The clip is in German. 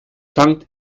tankt